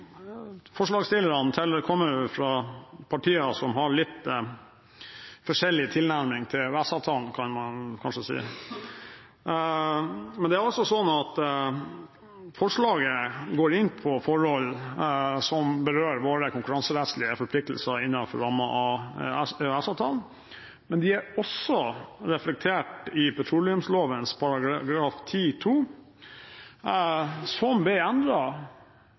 Forslagsstillerne kommer fra partier som har litt forskjellig tilnærming til EØS-avtalen, kan man kanskje si. Det er sånn at forslaget går inn på forhold som berører våre konkurranserettslige forpliktelser innenfor rammen av EØS-avtalen, men de er også reflektert i petroleumsloven § 10-2, som ble